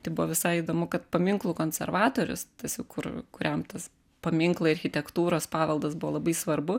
tai buvo visai įdomu kad paminklų konservatorius tas jau kur kuriam tas paminklai architektūros paveldas buvo labai svarbu